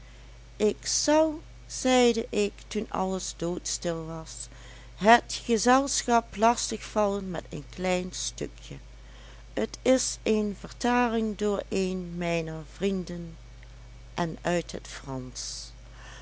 ik zal zeide ik toen alles doodstil was het gezelschap lastig vallen met een klein stukje t is een vertaling door een mijner vrienden en uit het fransch